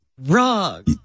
wrong